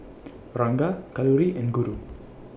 Ranga Kalluri and Guru